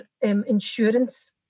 insurance